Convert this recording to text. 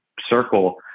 circle